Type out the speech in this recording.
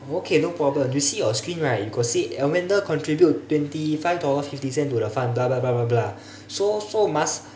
okay no problem you see your screen right you got see amanda contribute twenty five dollar fifty cent to the fund blah blah blah blah blah so so must